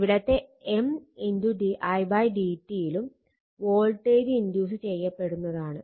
ഇവിടെത്തെ M didt ലും voltage induce ചെയ്യപ്പെടുന്നതാണ്